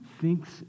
thinks